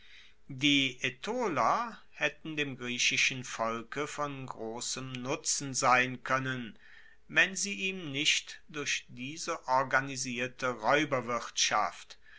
die aetoler haetten dem griechischen volke von grossem nutzen sein koennen wenn sie ihm nicht durch diese organisierte